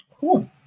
cool